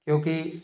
क्योंकि